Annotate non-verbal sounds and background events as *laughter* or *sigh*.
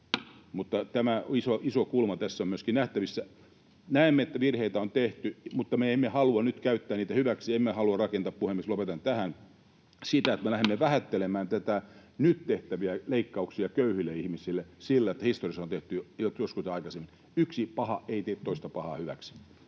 tämä iso kulma tässä on myöskin nähtävissä. Näemme, että virheitä on tehty, mutta me emme halua nyt käyttää niitä hyväksi, emme halua — puhemies, lopetan tähän — sitä, *noise* että me lähdemme vähättelemään nyt tehtäviä leikkauksia köyhille ihmisille sillä, että historiassa on tehty joskus jotain aikaisemmin. Yksi paha ei tee toista pahaa hyväksi.